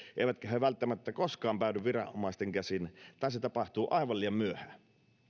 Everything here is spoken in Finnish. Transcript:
eivätkä he välttämättä koskaan päädy viranomaisten käsiin tai se tapahtuu aivan liian myöhään